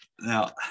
Now